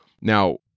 Now